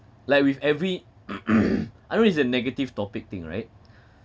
like with every I mean it's a negative topic thing right